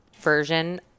version